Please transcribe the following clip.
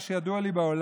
ממה שידוע לי,